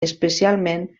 especialment